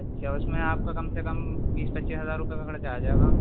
اچھا اس میں آپ کا کم سے کم بیس پچیس ہزار روپے کا خرچہ آ جائے گا